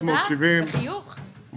אנחנו